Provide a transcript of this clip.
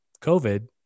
COVID